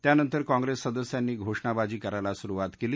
त्यानंतर काँग्रस्त सदस्यांनी घोषणाबाजी करायला सुरुवात कली